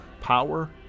Power